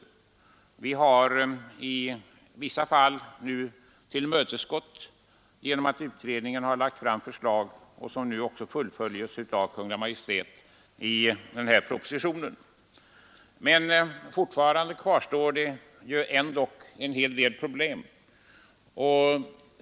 Dessa krav har i vissa fall tillmötesgåtts genom utredningens förslag, som nu följs upp i propositionen 163. Men fortfarande kvarstår en hel del problem.